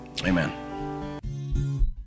Amen